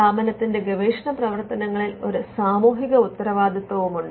സ്ഥാപനത്തിന്റെ ഗവേഷണ പ്രവർത്തനങ്ങളിൽ ഒരു സാമൂഹിക ഉത്തരവാദിത്തവുമുണ്ട്